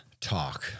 talk